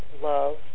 love